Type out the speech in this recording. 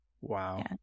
Wow